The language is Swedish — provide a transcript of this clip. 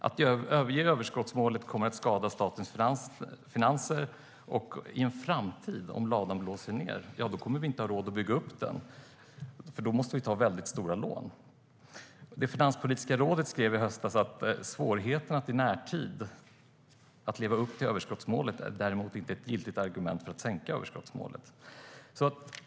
Att överge överskottsmålet kommer att skada statens finanser. Om ladan i en framtid blåser ned kommer vi inte att ha råd att bygga upp den, för då måste vi ta stora lån. Finanspolitiska rådet skrev i höstas: "Svårigheter att i närtid leva upp till överskottsmålet är däremot inte ett giltigt argument för att sänka överskottsmålet."